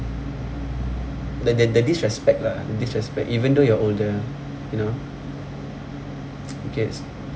the the the disrespect lah disrespect even though you are older you know okay s~